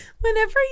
Whenever